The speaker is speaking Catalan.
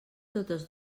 totes